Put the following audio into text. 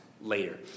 later